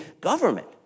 government